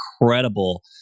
incredible